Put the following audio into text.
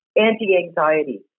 Anti-anxiety